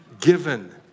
given